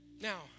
Now